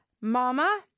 mama